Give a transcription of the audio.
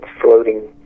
floating